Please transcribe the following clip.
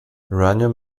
uranium